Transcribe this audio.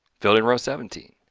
filled in row seventeen,